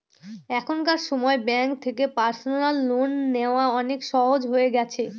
এখনকার সময় ব্যাঙ্ক থেকে পার্সোনাল লোন নেওয়া অনেক সহজ হয়ে গেছে